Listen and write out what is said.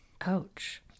Ouch